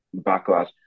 backlash